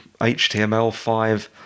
HTML5